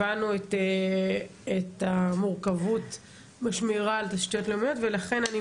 הבנו את המורכבות בשמירה על תשתיות לאומיות ולכן אני